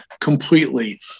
completely